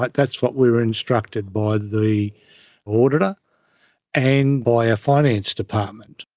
but that's what we were instructed by the auditor and by a finance department.